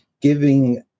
giving